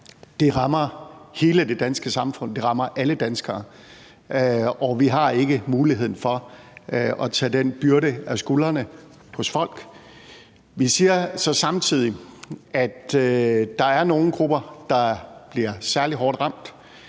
Det rammer hele det danske samfund, det rammer alle danskere, og vi har ikke mulighed for at tage den byrde af skuldrene hos folk. Vi siger så samtidig, at der er nogle grupper, der bliver særlig hårdt ramt.